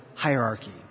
Hierarchy